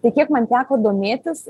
tai kiek man teko domėtis